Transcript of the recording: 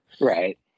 Right